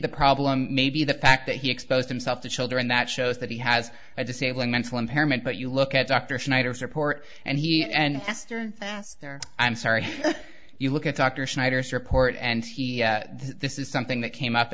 the problem may be the fact that he exposed himself to children that shows that he has a disabling mental impairment but you look at dr schneider's report and he and esther i'm sorry you look at dr schneider's report and he this is something that came up